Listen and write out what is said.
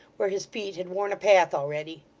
where his feet had worn a path already.